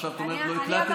עכשיו את אומרת: לא הקלטתי.